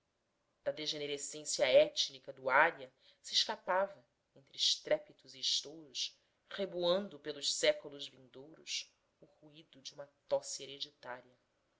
ptialina da degenerescência étnica do ária se escapava entre estrépitos e estouros reboando pelos séculos vindouros o ruído de uma tosse hereditária